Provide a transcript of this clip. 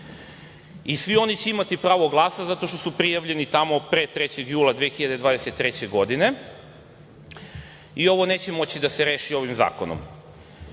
Svi oni će imati pravo glasa, zato što su prijavljeni tamo pre 3. juna 2023. godine i ovo neće moći da se reši ovim zakonom. Kad